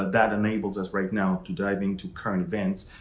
that enables us right now to dive into current events.